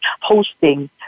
hosting